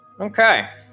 Okay